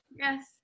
Yes